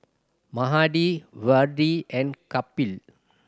Mahade Vedre and Kapil